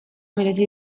merezi